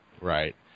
Right